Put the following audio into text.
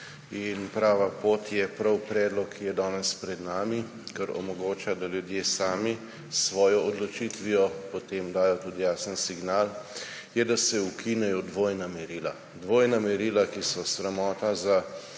in prava pot je prav predlog, ki je danes pred nami, ker omogoča, da ljudje sami s svojo odločitvijo potem dajo tudi jasen signal, je, da se ukinejo dvojna merila. Dvojna merila, ki so sramota za,